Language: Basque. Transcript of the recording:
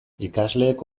ikasleek